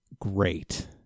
great